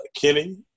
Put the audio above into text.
Kenny